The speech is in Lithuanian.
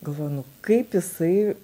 galvoju nu kaip jisai